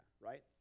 right